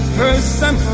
person